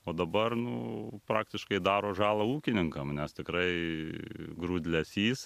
o dabar nu praktiškai daro žalą ūkininkam nes tikrai grūdlesys